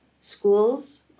schools